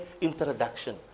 introduction